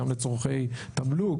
גם לצרכי תמלוג,